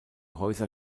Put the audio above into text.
häuser